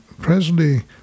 Presley